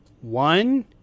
One